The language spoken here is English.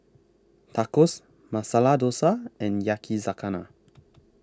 Tacos Masala Dosa and Yakizakana